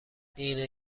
اینه